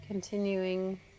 continuing